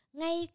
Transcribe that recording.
ngay